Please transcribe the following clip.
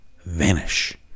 vanish